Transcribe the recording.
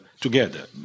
together